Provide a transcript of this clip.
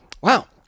wow